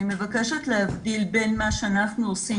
אני מבקשת להבדיל בין מה שאנחנו עושים